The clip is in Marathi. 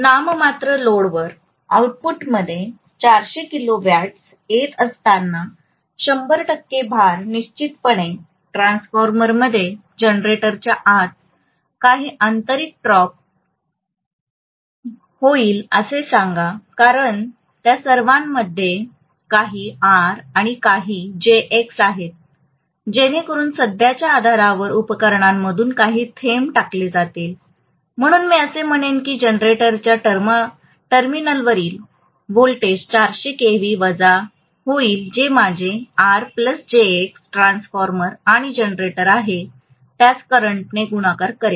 नाममात्र लोडवर आउटपुटमध्ये 400 किलोवोल्ट्स येत असताना 100 टक्के भार निश्चितपणे ट्रान्सफॉर्मरमध्ये जनरेटरच्या आत काही आंतरिक ड्रॉप होईल असे सांगा कारण त्या सर्वांमध्ये काही R आणि काही jX आहेत जेणेकरून सध्याच्या आधारावर उपकरणांमधून काही थेंब टाकले जातील म्हणून मी असे म्हणेन की जनरेटरच्या टर्मिनलवरील व्होल्टेज 400 केव्ही वजा होईल जे माझे ट्रान्सफॉर्मर आणि जनरेटर आहे त्यास करंटने गुणाकार करेल